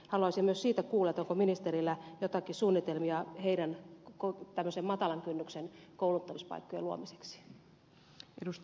haluaisin myös kuulla onko ministerillä joitakin suunnitelmia tällaisen matalan kynnyksen kouluttamispaikkojen luomiseksi